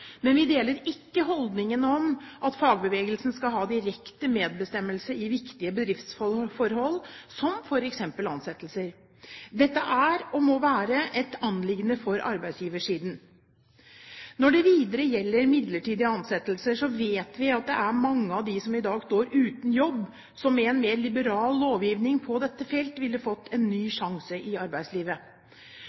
Men vi deler ikke holdningen at fagbevegelsen skal ha direkte medbestemmelse i viktige bedriftsforhold, som f.eks. ansettelser. Dette er, og må være, et anliggende for arbeidsgiversiden. Når det videre gjelder midlertidige ansettelser, vet vi at det er mange av dem som i dag står uten jobb, som med en mer liberal lovgivning på dette felt ville fått en ny sjanse i arbeidslivet.